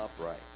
upright